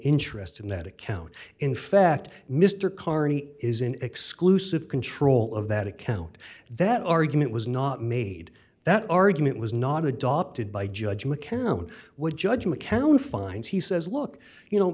interest in that account in fact mr carney is in exclusive control of that account that argument was not made that argument was not adopted by judge mccown would judge mccown fines he says look you know